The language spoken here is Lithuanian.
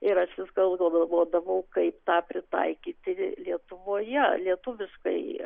ir aš vis galvodavau kaip tą pritaikyti lietuvoje lietuviškai